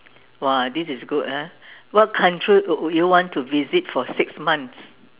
!wah! this is good ah what country would you want to visit for six months